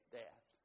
death